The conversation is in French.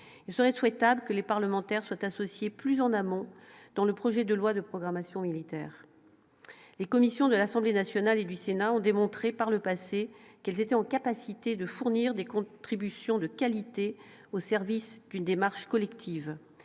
il serait souhaitable que les parlementaires soient associés plus en amont dans le projet de loi de programmation militaire, les commissions de l'Assemblée nationale et du Sénat ont démontré par le passé qu'ils étaient en capacité de fournir des contributions de qualité au service d'une démarche collective,